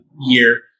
year